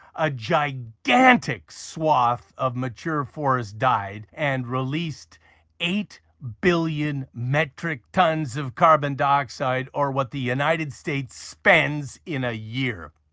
a gigantic swathe of mature forest died and released eight billion metric tonnes of carbon dioxide, or what the united states spends in a year.